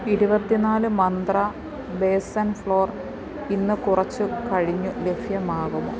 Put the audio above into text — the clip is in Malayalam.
ഇരുപത്തി നാല് മന്ത്ര ബേസൻ ഫ്ലോർ ഇന്ന് കുറച്ച് കഴിഞ്ഞ് ലഭ്യമാകുമോ